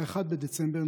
1 בדצמבר,